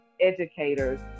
educators